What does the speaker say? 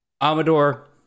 Amador